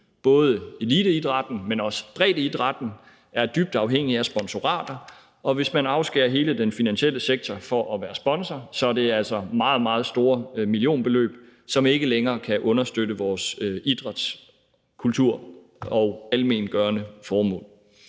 Både eliteidrætten, men også breddeidrætten er dybt afhængige af sponsorater, og hvis man afskærer hele den finansielle sektor fra at være sponsor, er det altså meget, meget store millionbeløb, som ikke længere kan understøtte vores idrætsliv, kulturliv og almengørende formål.